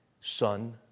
son